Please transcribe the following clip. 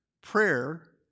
prayer